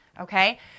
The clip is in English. okay